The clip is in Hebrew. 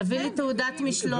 תביא לי תעודת משלוח.